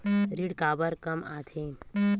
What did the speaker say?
ऋण काबर कम आथे?